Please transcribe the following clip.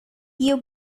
you